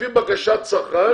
לפי בקשת צרכן,